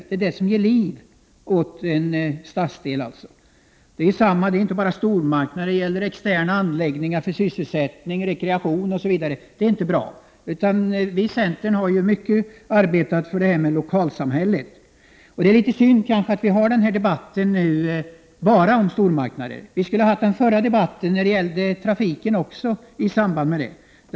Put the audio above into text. Det är sådant som ger liv åt en stadsdel. Det är inte bara stormarknader som inte är bra utan också externa anläggningar för sysselsättning, rekreation osv. Vi i centern har arbetat mycket för lokalsamhället, och det är kanske litet synd att denna debatt bara gäller stormarknader. Vi skulle nu i samband med den också ha fört en debatt om det förra ämnet, trafiken.